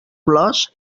plors